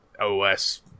os